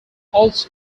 also